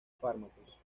fármacos